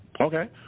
Okay